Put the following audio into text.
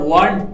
one